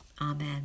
Amen